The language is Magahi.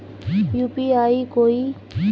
यु.पी.आई कोई